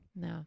No